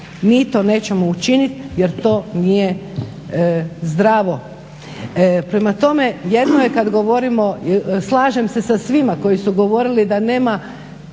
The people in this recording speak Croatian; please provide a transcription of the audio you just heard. mi to nećemo učiniti jer to nije zdravo.